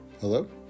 Hello